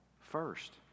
first